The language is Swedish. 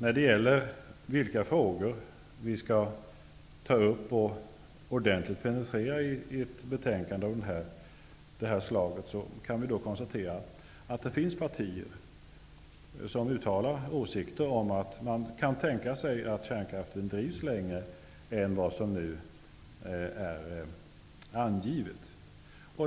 I frågan om vad vi skall ta upp och penetrera i ett betänkande av detta slag kan vi konstatera att det finns partier som uttalar åsikten att man kan tänka sig att kärnkraften bibehålls längre tid än vad som är angivet.